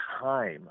time